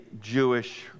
Jewish